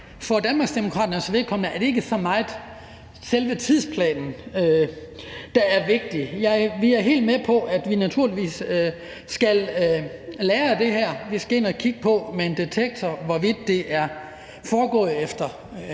For Danmarksdemokraternes vedkommende er det ikke så meget selve tidsplanen, der er vigtig. Vi er helt med på, at vi naturligvis skal lære af det her. Vi skal ind med en detektor og kigge på, hvorvidt det er foregået efter